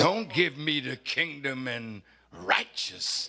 don't give me to kingdom and righteous